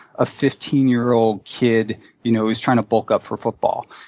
a fifteen year old kid you know who's trying to bulk up for football.